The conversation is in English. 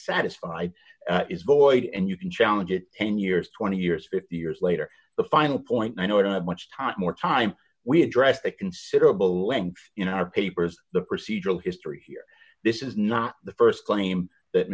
satisfied is void and you can challenge it ten years twenty years fifty years later the final point i know i don't have much time more time we address the considerable length you know our papers the procedural history here this is not the st claim that